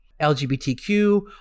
LGBTQ